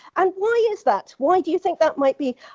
and why is that? why do you think that might be?